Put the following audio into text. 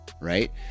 right